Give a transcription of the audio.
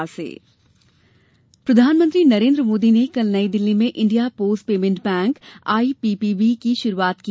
IPPB प्रधानमंत्री नरेन्द्र मोदी ने कल नई दिल्ली में India Post Payment Bank IPPB की शुरूआत की